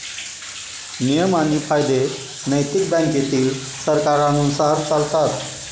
नियम आणि कायदे नैतिक बँकेतील सरकारांनुसार चालतात